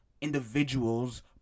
individual's